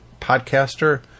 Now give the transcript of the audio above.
podcaster